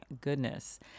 goodness